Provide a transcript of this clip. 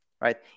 right